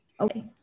Okay